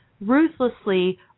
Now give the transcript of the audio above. ruthlessly